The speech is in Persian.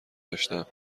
داشتم